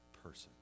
person